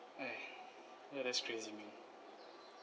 !hais! ya that's crazy man